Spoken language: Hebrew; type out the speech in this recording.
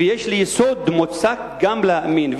יש לי יסוד מוצק גם להאמין,